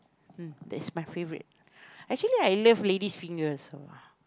mm that's my favorite actually I love lady's finger also